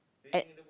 at